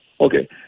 Okay